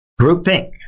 groupthink